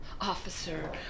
Officer